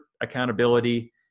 accountability